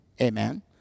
amen